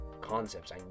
concepts